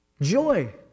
Joy